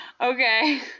Okay